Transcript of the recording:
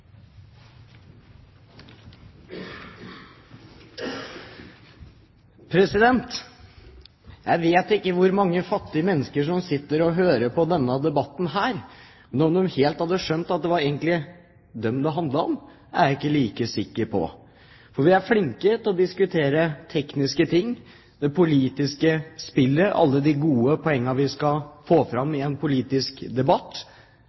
mange fattige mennesker som sitter og hører på denne debatten. Men om de egentlig hadde skjønt at det var dem det handlet om, er jeg heller ikke sikker på, for vi er flinke til å diskutere tekniske ting, det politiske spillet, alle de gode poengene vi skal få fram i en politisk debatt.